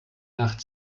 nacht